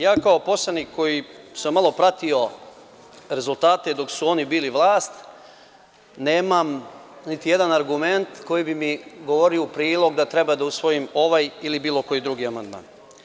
Ja, kao poslanik koji sam malo pratio rezultate dok su oni bili vlast, nemam niti jedan argument koji bi mi govorio u prilog da treba da usvojim ovaj ili bilo koji drugi amandman.